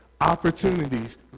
opportunities